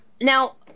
Now